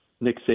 Nick